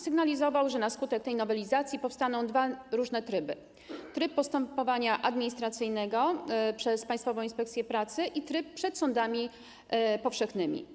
Sygnalizował, że na skutek tej nowelizacji powstaną dwa różne tryby: tryb postępowania administracyjnego prowadzonego przez Państwową Inspekcję Pracy i tryb postępowania przed sądami powszechnymi.